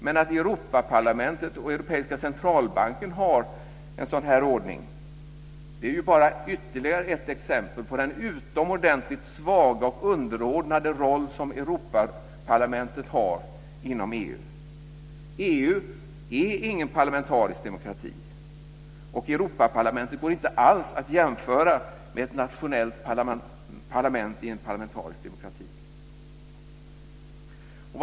Men att Europaparlamentet och Europeiska centralbanken har en sådan här ordning är ju bara ytterligare ett exempel på den utomordentligt svaga och underordnade roll som Europaparlamentet har inom EU. EU är ingen parlamentarisk demokrati, och Europaparlamentet går inte alls att jämföra med ett nationellt parlament i en parlamentarisk demokrati.